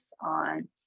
on